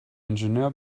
ingenieur